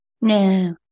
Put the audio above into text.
no